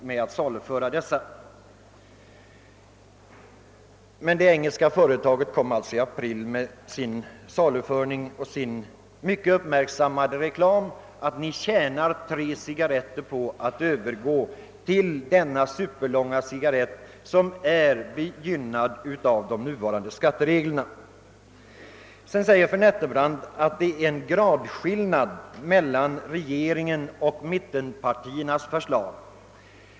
Det engelska företaget saluförde däremot sina i april och inledde då också den mycket uppmärksammade reklamkampanj där det sades: Ni tjänar tre cigarretter på att övergå till denna superlånga cigarrett som är gynnad av de nuvarande skattereglerna. Vidare säger fru Nettelbrandt att det är en gradskillnad mellan regeringens och mittenpartiernas förslag.